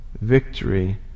Victory